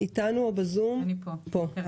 בבקשה.